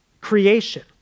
creation